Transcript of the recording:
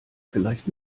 vielleicht